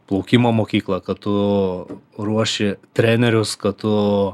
plaukimo mokyklą kad tu ruoši trenerius kad tu